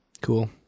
Cool